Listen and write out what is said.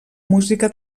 música